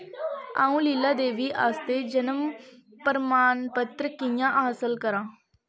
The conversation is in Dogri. अ'ऊं लीला देवी आस्तै जनम प्रमाणपत्र कि'यां हासल करां